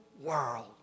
world